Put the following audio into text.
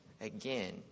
again